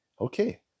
Okay